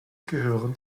gehörten